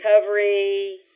recovery